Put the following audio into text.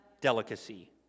delicacy